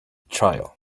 trial